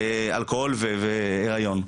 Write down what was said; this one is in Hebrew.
אלכוהול והיריון?